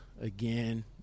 again